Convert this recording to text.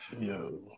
Yo